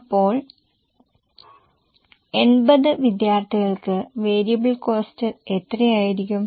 ഇപ്പോൾ 80 വിദ്യാർത്ഥികൾക്ക് variable cost എത്രയായിരിക്കും